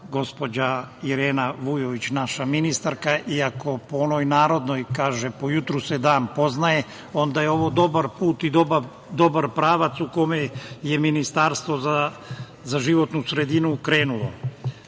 gospođa Irena Vujović, naša ministarka. Ako je po onoj narodnoj – po jutru se dan poznaje, onda je ovo dobar put i dobar pravac u kome je Ministarstvo za životnu sredinu krenulo. Postavio